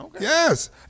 Yes